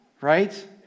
Right